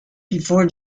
before